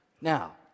Now